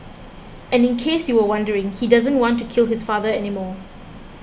and in case you were wondering he doesn't want to kill his father anymore